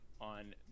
on